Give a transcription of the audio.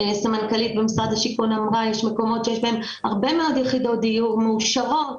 סמנכ"לית במשרד השיכון יש בהם הרבה מאוד יחידות דיור מאושרות